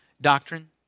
doctrine